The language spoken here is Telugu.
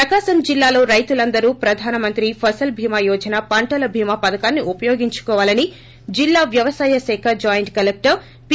ప్రకాశం జిల్లాలో రైతులందరూ ప్రధాన మంత్రి ఫసల్ భీమా యోజన పంటల భీమా పధకాన్ని ఉపయోగించు కోవాలని జిల్లా వ్యవసాయ శాఖ జాయింట్ డైరెక్టర్ పి